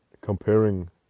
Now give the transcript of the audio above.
comparing